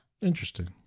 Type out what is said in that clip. Interesting